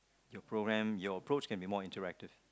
your programme your approach can be more interactive